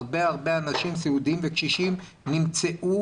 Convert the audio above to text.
הרבה אנשים סיעודיים וקשישים נמצאו